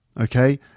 okay